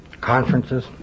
conferences